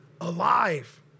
alive